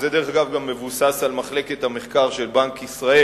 שזה דרך אגב גם מבוסס על מחלקת המחקר של בנק ישראל,